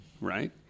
right